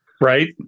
Right